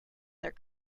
their